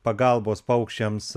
pagalbos paukščiams